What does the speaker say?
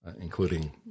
including